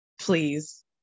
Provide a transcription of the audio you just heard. please